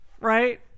right